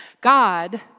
God